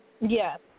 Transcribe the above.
Yes